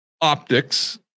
optics